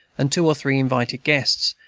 and two or three invited guests,